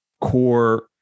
core